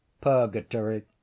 Purgatory